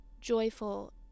joyful